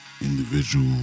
individual